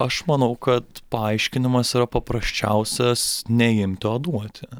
aš manau kad paaiškinimas yra paprasčiausias ne imto o duoti